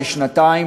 לשנתיים,